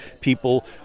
people